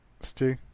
Stu